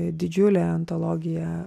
didžiulė antologija